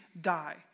die